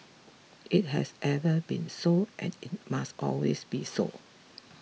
it has ever been so and it must always be so